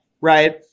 right